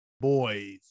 boys